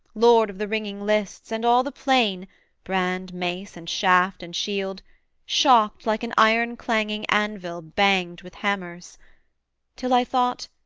lord of the ringing lists, and all the plain brand, mace, and shaft, and shield shocked, like an iron-clanging anvil banged with hammers till i thought,